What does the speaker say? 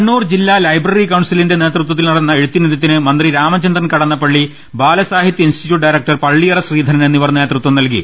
കണ്ണൂർ ജില്ലാ ലൈബ്രറി കൌൺസിലിന്റെ നേതൃത്വത്തിൽ നടന്ന എഴുത്തിനിരുത്തിന് മന്ത്രി രാമചന്ദ്രൻ കടന്നപ്പള്ളി ബാലസാഹിത്യ institute director Palliyara Sreedharan എന്നിവർ നേതൃത്വം നൽകി